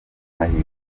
mahirwe